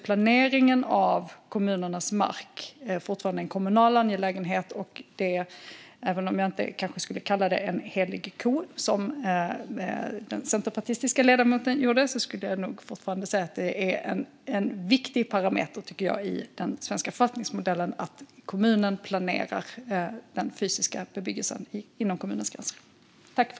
Planeringen av kommunernas mark är fortfarande en kommunal angelägenhet, och även om jag inte skulle kalla det en helig ko, som den centerpartistiske ledamoten gjorde, skulle jag nog ändå säga att det är en viktig parameter i den svenska förvaltningsmodellen att kommunen planerar den fysiska bebyggelsen inom kommunens gränser.